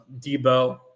Debo